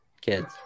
Kids